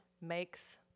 makes